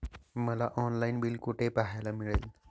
मला online bill कुठे पाहायला मिळेल?